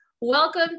welcome